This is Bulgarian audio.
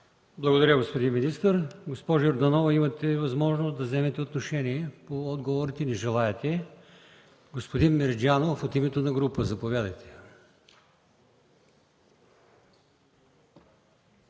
Благодаря, господин министър. Госпожо Йорданова, имате възможност да вземете отношение по отговорите. Не желаете. Господин Мерджанов, от името на група – заповядайте.